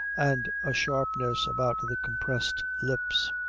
and a sharpness about the compressed lips,